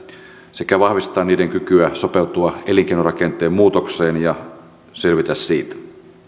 sekä vahvistaa niiden kykyä sopeutua elinkeinorakenteen muutokseen ja selvitä siitä